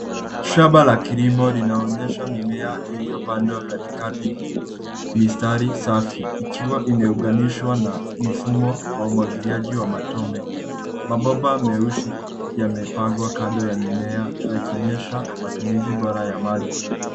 Shamba la kilimo linaonyesha mimea iliyopandwa katikati. Mistari safi ikiwa imeunganishwa na mifumo wa umwagiliaji wa matone. Mabomba meusi yamepangwa kando ya mimea yakionyesha matumizi bora ya maji.